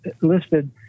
listed